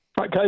Okay